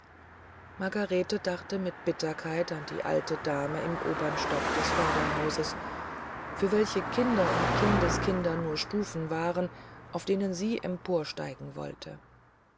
margarete dachte mit bitterkeit an die alte dame im oberen stock des vorderhauses für welche kinder und kindeskinder nur stufen waren auf denen sie emporsteigen wollte